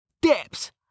Dips